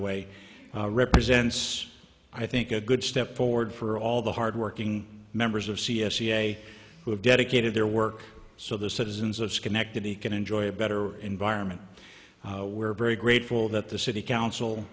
way represents i think a good step forward for all the hard working members of c s a who have dedicated their work so the citizens of schenectady can enjoy a better environment we're very grateful that the city council